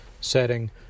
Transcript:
setting